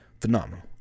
phenomenal